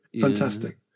Fantastic